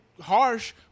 harsh